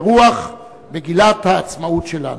ברוח מגילת העצמאות שלנו.